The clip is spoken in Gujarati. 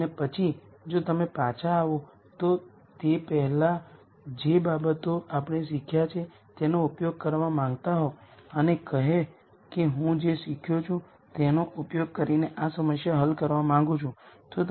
તેથી એક પ્રશ્ન જે આપણે પૂછી શકીએ તે નીચે મુજબ છે અમે પૂછી શકીએ કે આ કોલમ સ્પેસ માટેનો બેઝિક શું હોઈ શકે